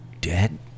dead